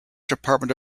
department